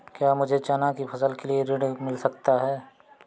क्या मुझे चना की फसल के लिए ऋण मिल सकता है?